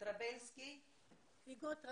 אז אתן